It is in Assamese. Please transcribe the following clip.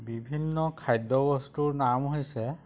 বিভিন্ন খাদ্যবস্তুৰ নাম হৈছে